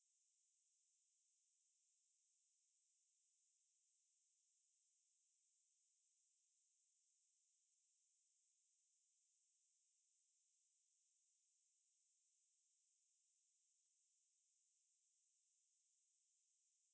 so that was for the first two submissions before the actual video then err for the video planning and everything I started messaging them again then நான் கேட்டேன்:naan kaetten lah like oh okay ஏதாவது:aethaavathu idea இருந்தா சொல்லுங்க:irunthaa sollunga then நம்ம:namma together plan பண்ணலாம் எண்ணலாம் வரும் இல்லைனா நான் மட்டும்:pannalaam ennalaam varum illainaa naan mattum plan பண்ணிட்டு அது:pannittu athu like